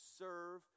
serve